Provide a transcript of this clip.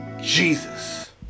Jesus